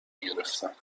گرفتم